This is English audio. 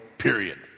period